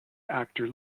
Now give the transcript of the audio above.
actor